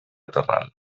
terral